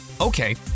Okay